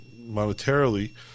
monetarily